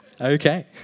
Okay